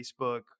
Facebook